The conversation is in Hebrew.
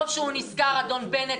טוב שנזכר אדון בנט